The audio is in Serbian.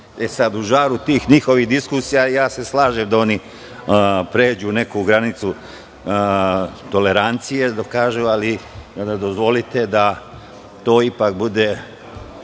U žaru tih njihovih diskusija, slažem se, oni prelaze neku granicu tolerancije, ali dozvolite da to ipak bude